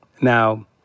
Now-